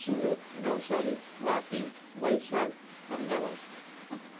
Surat Navsari Vapi Valsad Ahmedabad